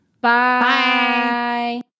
Bye